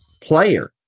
player